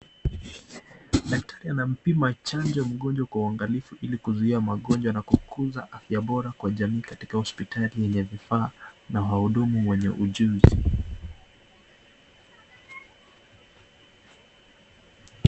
Daktari anampima chanjo mgonjwa kwa uangalifu ili kuzuia magonjwa na kukuza afya bora kwa jamii katika hosipitali yenye vifaa na wahudumu wenye ujuzi.